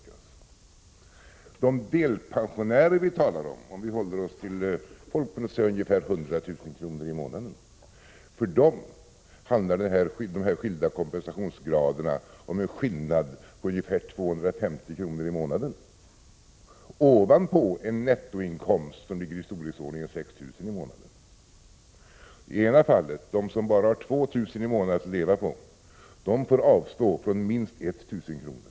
För de delpensionärer vi talar om, om vi håller oss till folk med omkring 70 000 kr. i årsinkomst, handlar denna skillnad i kompensationsgraderna om en summa på ungefär 250 kr. i månaden — ovanpå en nettoinkomst som ligger i storleksordningen 6 000 i månaden. I det ena fallet gäller det att de som bara har 2 000 kr. i månaden att leva på får avstå minst 1 000 kr.